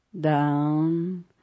Down